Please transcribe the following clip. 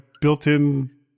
built-in